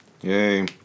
Yay